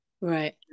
right